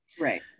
right